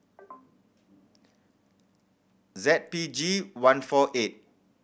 Z P G one four eight